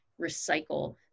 recycle